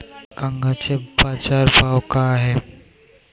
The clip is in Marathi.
कांद्याचे बाजार भाव का हाये?